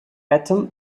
eton